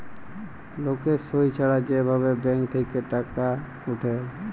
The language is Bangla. লকের সই ছাড়া যে ভাবে ব্যাঙ্ক থেক্যে টাকা উঠে